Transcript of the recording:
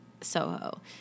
Soho